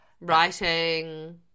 writing